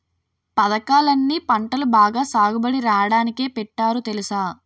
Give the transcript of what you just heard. పదకాలన్నీ పంటలు బాగా సాగుబడి రాడానికే పెట్టారు తెలుసా?